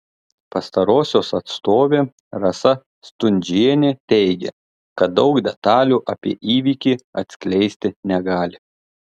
pastarosios atstovė rasa stundžienė teigė kad daug detalių apie įvykį atskleisti negali